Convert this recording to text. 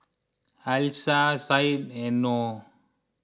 Alyssa Said and Noh